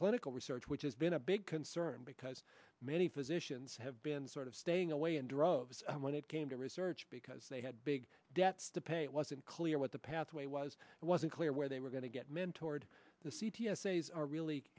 clinical research which has been a big concern because many physicians have been sort of staying away in droves when it came to research because they had big debts to pay it wasn't clear what the pathway was and wasn't clear where they were going to get men toward the c p s a's are really